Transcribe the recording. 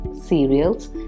cereals